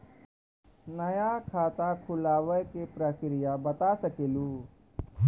नया खाता खुलवाए के प्रक्रिया बता सके लू?